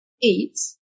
eats